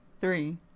three